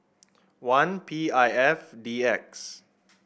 one P I F D X